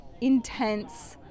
intense